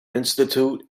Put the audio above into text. institute